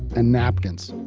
and napkins.